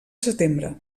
setembre